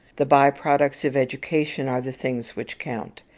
the by-products of education are the things which count.